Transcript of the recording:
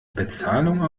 bezahlung